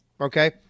okay